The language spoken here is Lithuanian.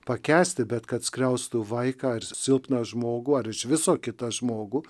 pakęsti bet kad skriaustų vaiką ar silpną žmogų ar iš viso kitą žmogų